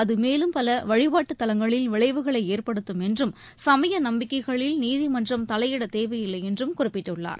அது மேலும் பல வழிபாட்டுத் தலங்களில் விளைவுகளை ஏற்படுத்தும் என்றும் சமய நம்பிக்கைகளில் நீதிமன்றம் தலையிட தேவையில்லை என்றும் குறிப்பிட்டுள்ளார்